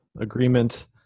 agreement